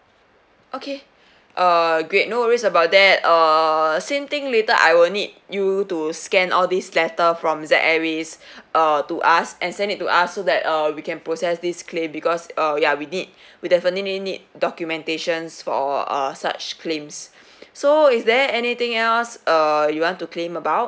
okay uh great no worries about that err same thing later I will need you to scan all these letter from Z airways uh to us and send it to us so that uh we can process this claim because uh ya we need we definitely need documentations for uh such claims so is there anything else uh you want to claim about